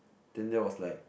then that was like